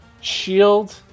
Shield